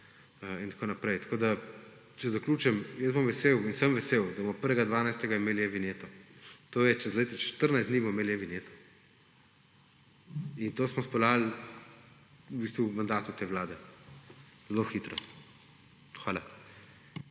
in tako naprej. Če zaključim, jaz bom vesel in sem vesel, da bomo 1. 12. imeli e-vinjeto. Glejte, čez 14 dni bomo imeli e-vinjeto in to smo speljal v bistvu v mandatu te vlade zelo hitro. Hvala.